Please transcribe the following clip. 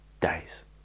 days